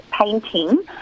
painting